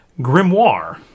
Grimoire